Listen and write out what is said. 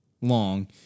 long